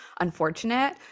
unfortunate